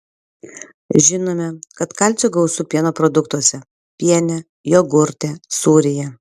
žinome kad kalcio gausu pieno produktuose piene jogurte sūryje